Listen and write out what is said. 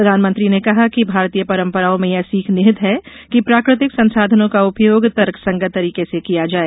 प्रधानमंत्री ने कहा कि भारतीय परम्पराओं में यह सीख निहित है कि प्राकृतिक संसाधनों का उपयोग तर्कसंगत तरीके से किया जाए